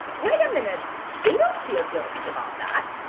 wait a minute they don't feel guilty about that,